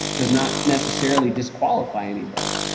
does not necessarily disqualify anybody.